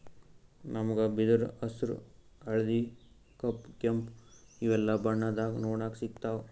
ನಮ್ಗ್ ಬಿದಿರ್ ಹಸ್ರ್ ಹಳ್ದಿ ಕಪ್ ಕೆಂಪ್ ಇವೆಲ್ಲಾ ಬಣ್ಣದಾಗ್ ನೋಡಕ್ ಸಿಗ್ತಾವ್